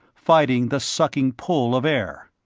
fighting the sucking pull of air.